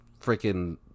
freaking